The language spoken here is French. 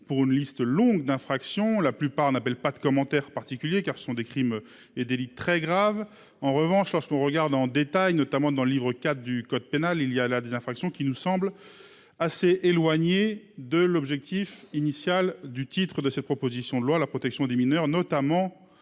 pour une liste longue d'infraction, la plupart n'appelle pas de commentaire particulier car ce sont des crimes et délits très graves. En revanche, lorsqu'on regarde en détail notamment dans le livre IV du code pénal, il y a là des infractions qui nous semble assez éloigné de l'objectif initial du titre de cette proposition de loi, la protection des mineurs, notamment